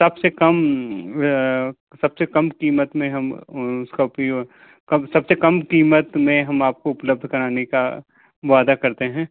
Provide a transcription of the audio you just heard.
सब से कम सब से कम कीमत में हम उसका उपयो कम सब से कम कीमत में हम आपको उपलब्ध कराने का वादा करतें हैं